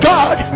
God